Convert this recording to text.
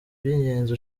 by’ingenzi